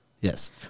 Yes